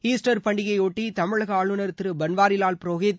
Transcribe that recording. Easter பண்டிகையை ஒட்டி தமிழக ஆளுநர் திரு பன்வாரிலால் புரோஹித்